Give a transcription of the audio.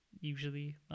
usually